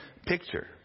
picture